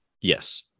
yes